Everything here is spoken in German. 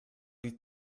die